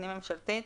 ממשלתית